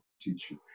teacher